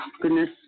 goodness